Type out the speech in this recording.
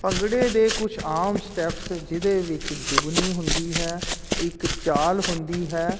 ਭੰਗੜੇ ਦੇ ਕੁਛ ਆਮ ਸਟੈਪਸ ਜਿਹਦੇ ਵਿੱਚ ਜੁਗਨੀ ਹੁੰਦੀ ਹੈ ਇੱਕ ਚਾਲ ਹੁੰਦੀ ਹੈ